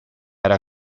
era